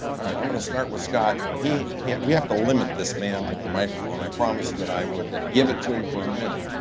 all right, i'm gonna start with scott. and yeah we have to limit this man with the microphone. i promise that i would give it to him for a minute.